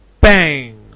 bang